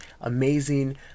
amazing